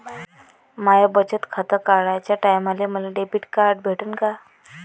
माय बचत खातं काढाच्या टायमाले मले डेबिट कार्ड भेटन का?